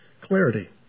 clarity